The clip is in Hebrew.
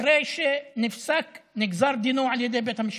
אחרי שנפסק ונגזר דינו על ידי בית המשפט.